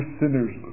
sinners